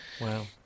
Wow